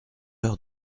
heure